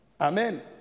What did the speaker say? Amen